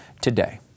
today